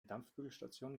dampfbügelstation